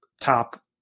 top